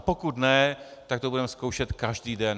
Pokud ne, tak to budeme zkoušet každý den.